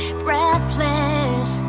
breathless